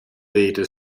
rede